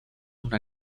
una